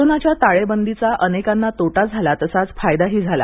कोरोनाच्या ताळेबंदीचा अनेकांना तोटा झाला तसा फायदाही झाला